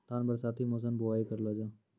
धान बरसाती मौसम बुवाई करलो जा?